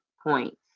points